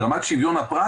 ברמת שוויון הפרט